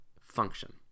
function